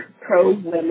pro-women